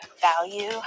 value